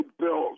bills